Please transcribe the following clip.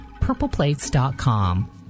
purpleplates.com